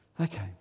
Okay